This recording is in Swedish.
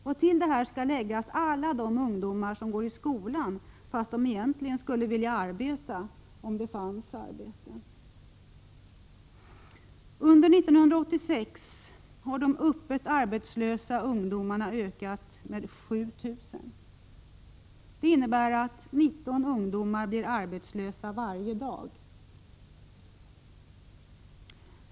Till detta skall läggas alla de ungdomar som går i skolan fast de egentligen hellre skulle vilja arbeta — om det fanns arbete. Under 1986 har de öppet arbetslösa ungdomarna ökat med 7 000. Det innebär att 19 ungdomar blir arbetslösa varje dag.